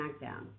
SmackDown